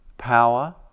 power